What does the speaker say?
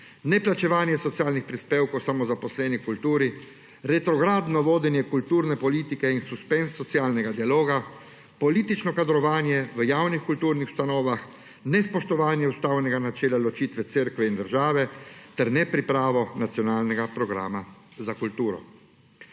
neplačevanje socialnih prispevkov samozaposlenih v kulturi, retrogradno vodenje kulturne politike in suspenz socialnega dialoga, politično kadrovanje v javnih kulturnih ustanovah, nespoštovanje ustavnega načela ločitve Cerkve in države ter nepripravo Nacionalnega programa za kulturo.